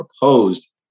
proposed